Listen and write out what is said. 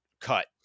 cut